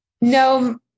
No